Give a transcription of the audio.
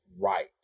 right